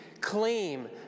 claim